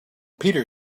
peter